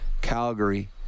Calgary